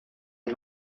est